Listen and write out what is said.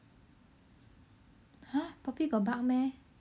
!huh! poppy got bark meh